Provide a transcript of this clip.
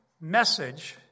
message